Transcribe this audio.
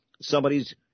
somebody's